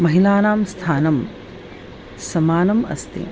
महिलानां स्थानं समानम् अस्ति